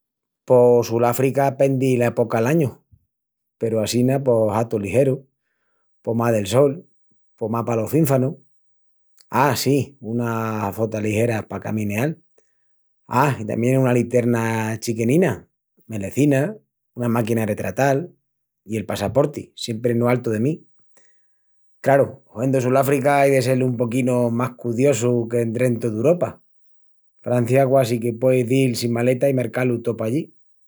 Pos Suláfrica pendi la epoca'l añu, peru assina pos hatus ligerus, pomá del sol, pomá palos fínfanus. Á, si unas botas ligeras pa camineal. Á, i tamién una literna chiquenina, melecinas, una máquina de retratal, i el passaporti, siempri eno altu de mí. Craru, huendu Suláfrica ai de sel un poquinu más cudiosu qu'endrentu d'Uropa. Francia quasi que pueis dil sin maleta i merca-lu tó pallí.